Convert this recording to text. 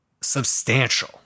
substantial